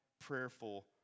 prayerful